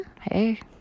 Hey